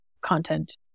content